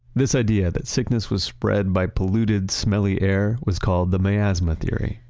this idea that sickness was spread by polluted smelly air was called the miasma theory.